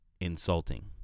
insulting